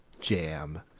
Jam